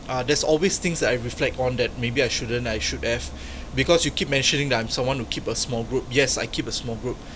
uh there's always things that I reflect on that maybe I shouldn't I should have because you keep mentioning that I'm someone who keep a small group yes I keep a small group